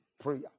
prayer